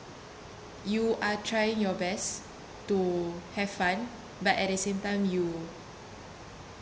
you are trying your best to have fun but at the same time you